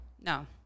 no